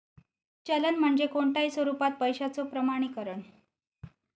चलन म्हणजे कोणताही स्वरूपात पैशाचो प्रमाणीकरण